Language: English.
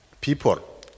people